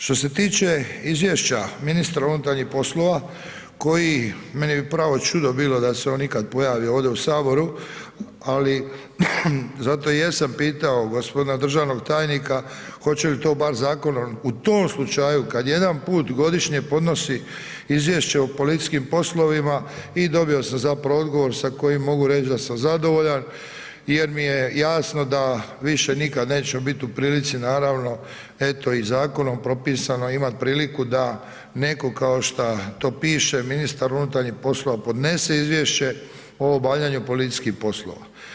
Što se tiče izvješća ministar unutarnjih poslova koji meni bi pravo čudo bilo da se on ikad pojavi ovdje u Saboru ali zato i jesam pitao g. državnog tajnika hoće li to bar zakonom u tom slučaju kad jedanput godišnje podnosi izvješće o policijskim poslovima i dobio sam zapravo dogovor sa kojim mogu reć da sam zadovoljan jer mi je jasno da više nikad nećemo bit u prilici naravno eto i zakonom propisano imat priliku da netko kao šta to piše ministar unutarnjih poslova, podnese izvješće o obavljanju policijskih poslova.